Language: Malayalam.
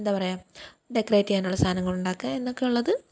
എന്താപറയുക ഡെക്കറേറ്റ് ചെയ്യാനുള്ള സാധനങ്ങളുണ്ടാക്കുക എന്നൊക്കെയുള്ളത്